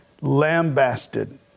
lambasted